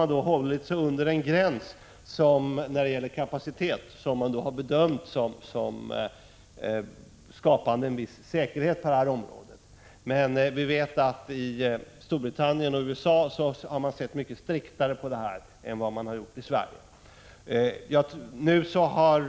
Man har hållit sig under en viss kapacitetsgräns som har bedömts som skapande en viss säkerhet på kärnvapenspridningsområdet, men vi vet att man i Storbritannien och USA har sett mycket striktare på det här än i Sverige. Nu har